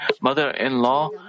mother-in-law